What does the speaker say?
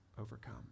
overcome